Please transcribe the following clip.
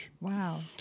Wow